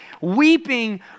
weeping